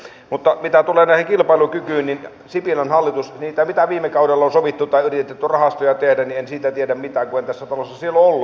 mutta mitä tulee tähän kilpailukykyyn tai siihen mitä viime kaudella on sovittu tai yritetty rahastoja tehdä niin en siitä tiedä mitään kun en tässä talossa silloin ollut